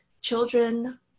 children